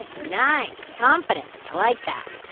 nice. confidence i like that.